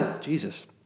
Jesus